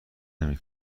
نمی